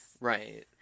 Right